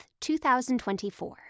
2024